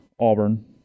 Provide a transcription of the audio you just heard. Auburn